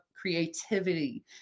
creativity